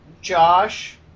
Josh